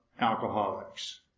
alcoholics